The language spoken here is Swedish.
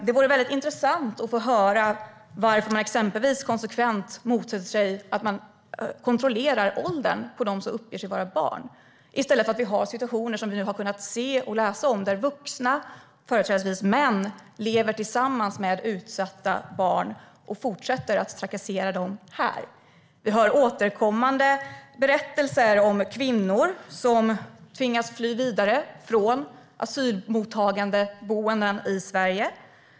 Det vore intressant att få höra varför man exempelvis konsekvent motsätter sig att åldern på dem som uppger sig vara barn kontrolleras, i stället för att vi ska ha situationer som vi har kunnat se och läsa om, där vuxna, företrädesvis män, lever tillsammans med utsatta barn och fortsätter att trakassera dem här. Vi hör återkommande berättelser om kvinnor som tvingas att fly vidare från asylboenden i Sverige.